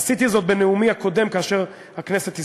עשיתי זאת בנאומי הקודם כאשר הכנסת התפזרה: